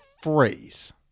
phrase